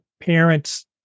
parents